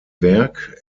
werk